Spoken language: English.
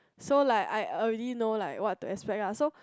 so like I already know like what to expect lah so